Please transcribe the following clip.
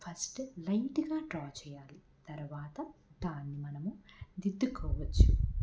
first లైట్గా draw చేయాలి తర్వాత దాన్ని మనము దిద్దుకోవచ్చు